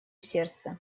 сердце